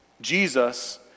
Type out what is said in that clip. Jesus